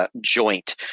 Joint